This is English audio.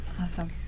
awesome